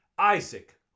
Isaac